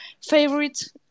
favorite